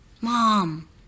Mom